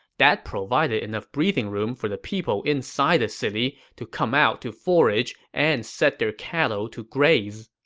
that provided enough breathing room for the people inside the city to come out to forage and set their cattle to graze.